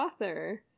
author